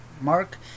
mark